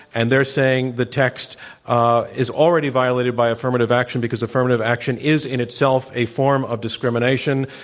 and they're saying the text ah is already violated by affirmative action because affirmative action is in itself a form of discrimination.